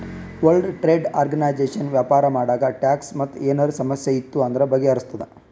world trade organisation ವ್ಯಾಪಾರ ಮಾಡಾಗ tax ಮತ್ ಏನರೇ ಸಮಸ್ಯೆ ಇತ್ತು ಅಂದುರ್ ಬಗೆಹರುಸ್ತುದ್